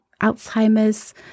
alzheimer's